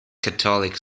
catholic